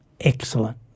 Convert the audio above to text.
excellent